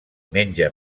menja